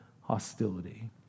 hostility